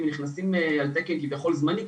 כי הם נכנסים על תקן כביכול זמני,